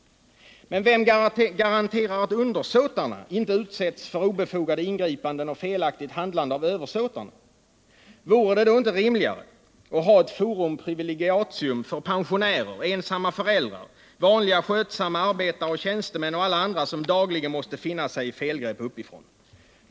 Men vem garanterar att undersåtarna inte utsätts för obefogade ingripanden och felaktigt handlande av översåtarna? Vore det då inte rimligare att ha ett forum privilegiatum för pensionärer, ensamma föräldrar, vanliga skötsamma arbetare och tjänstemän och alla andra som dagligen måste finna sig i felgrepp uppifrån?